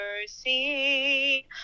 mercy